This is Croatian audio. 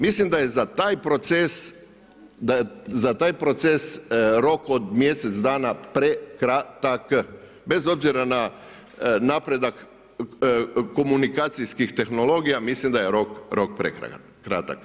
Mislim da je za taj proces rok od mjesec prekratak, bez obzira na napredak komunikacijskih tehnologija, mislim da je rok prekratak.